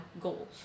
goals